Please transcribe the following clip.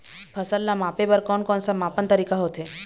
फसल ला मापे बार कोन कौन सा मापन तरीका होथे?